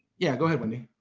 yeah, go ahead, wendy.